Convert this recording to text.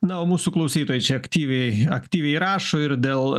na o mūsų klausytojai čia aktyviai aktyviai rašo ir dėl